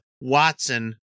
Watson